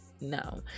no